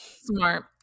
Smart